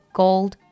gold